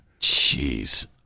Jeez